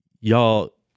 y'all